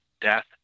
death